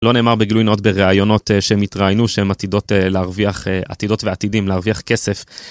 לא נאמר בגלוי נאות בראיונות שהן התראינו שהן עתידות ועתידים להרוויח כסף.